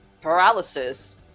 paralysis